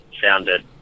founded